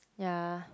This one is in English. ya